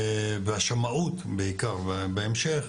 והשמאות בעיקר בהמשך,